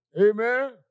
amen